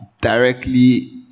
directly